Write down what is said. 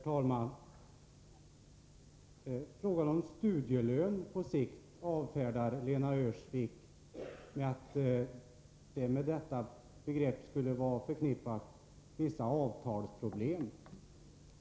Herr talman! Frågan om studielön på sikt avfärdar Lena Öhrsvik med att vissa avtalsproblem skulle vara förknippade med detta begrepp.